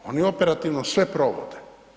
Oni operativno sve provode.